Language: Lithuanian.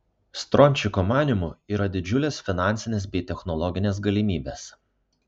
strončiko manymu yra didžiulės finansinės bei technologinės galimybės